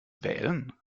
wählen